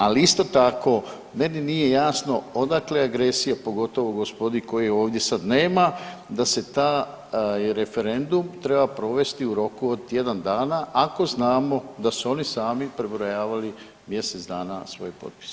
Ali, isto tako, meni nije jasno odakle agresija, pogotovo gospodi koje ovdje sada nema, da se taj referendum treba provesti u roku od tjedan dana, ako znamo da su oni sami prebrojavali mjesec dana svoje potpise.